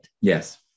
Yes